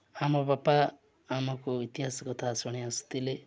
ମୋ ବାପା ଆମକୁ ଇତିହାସ କଥା ଶୁଣାଇ ଆସୁଥିଲେ